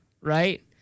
right